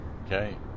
Okay